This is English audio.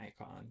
icon